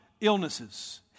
illnesses